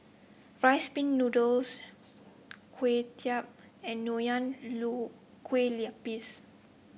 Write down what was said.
Rice Pin Noodles Kway Chap and Nonya Kueh Lapis